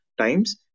times